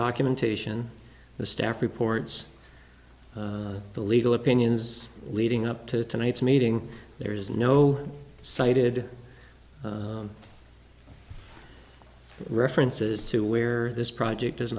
documentation the staff reports the legal opinions leading up to a night's meeting there is no cited references to where this project is